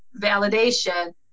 validation